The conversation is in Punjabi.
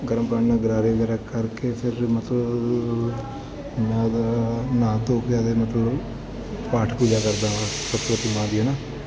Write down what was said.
ਗਰਮ ਪਾਣੀ ਨਾਲ ਗਰਾਰੇ ਵਗੈਰਾ ਕਰਕੇ ਫਿਰ ਮਤਲਬ ਨਹਾ ਧੋ ਕੇ ਅਤੇ ਮਤਲਬ ਪਾਠ ਪੂਜਾ ਕਰਦਾ ਹਾਂ ਸਰਸਵਤੀ ਮਾਂ ਦੀ ਹੈ ਨਾ